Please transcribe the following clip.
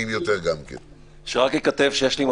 הלאה.